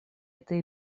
этой